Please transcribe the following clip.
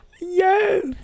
Yes